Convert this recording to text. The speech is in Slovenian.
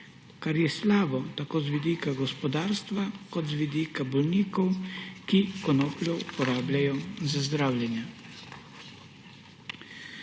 kar je slabo tako z vidika gospodarstva kot z vidika bolnikov, ki konopljo uporabljajo za zdravljenje.